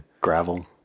gravel